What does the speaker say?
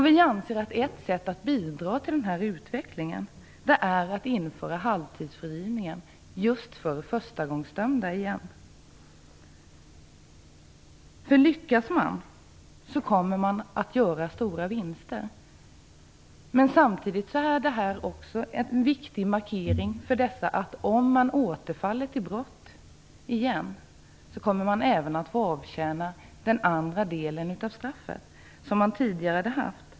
Vi anser att ett sätt att bidra till den utvecklingen är att införa halvtidsfrigivning just för förstagångsdömda. Om man lyckas kommer man att göra stora vinster. Samtidigt är detta en viktig markering, att om de återfaller till brott kommer de även att få avtjäna den andra delen av det straff som de tidigare dömts till.